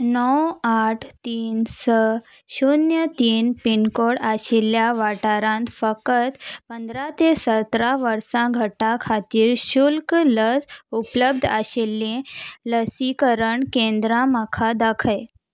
णव आठ तीन स शुन्य तीन पिन कोड आशिल्ल्या वाठारांत फकत पंदरा ते सतरा वर्सां गटाखातीर शुल्क लस उपलब्ध आशिल्लीं लसीकरण केंद्रां म्हाका दाखय